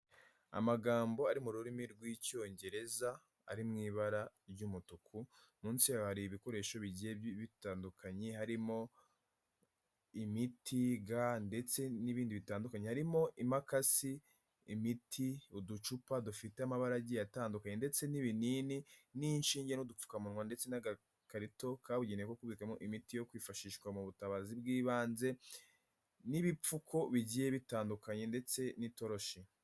Amagambo ari mu rurimi rw'icyongereza ari mu ibara ry'umutuku. Munsi hari ibikoresho bigiye bitandukanye harimo imiti, ga ndetse n'ibindi bitandukanye harimo imiti, umukasi, uducupa dufite amabara agiye atandukanye ndetse n'ibinini n'inshinge n'udupfukamuwa ndetse n'agakarito kabugenewe gakubiyemo imiti yo kwifashishwa mu butabazi bw'ibanze, n'ibipfuko bigiye bitandukanye ndetse n'itoroshi.